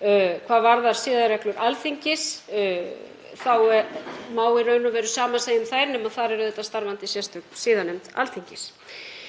Hvað varðar siðareglur Alþingis þá má í raun og veru hið sama segja um þær nema þar er starfandi sérstök siðanefnd Alþingis.